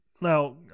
now